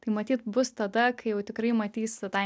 tai matyt bus tada kai jau tikrai matys tą